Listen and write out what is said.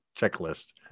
checklist